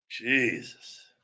Jesus